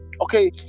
Okay